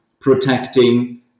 protecting